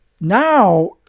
Now